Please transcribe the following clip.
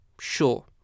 sure